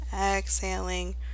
Exhaling